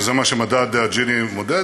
שזה מה שמדד ג'יני מודד,